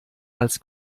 als